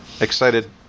excited